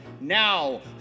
now